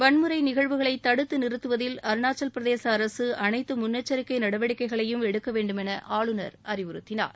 வன்முறை நிகழ்வுகளை தடுத்து நிறுத்துவதில் அருணாச்சலப் பிரதேச அரசு அனைத்து முன்னெச்சரிக்கை நடவடிக்கைகளையும் எடுக்க வேண்டுமென ஆளுநர் அறிவுறுத்தினார்